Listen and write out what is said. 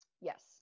Yes